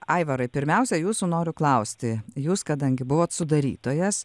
aivarai pirmiausia jūsų noriu klausti jūs kadangi buvot sudarytojas